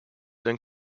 then